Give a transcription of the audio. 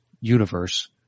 universe